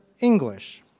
English